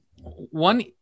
one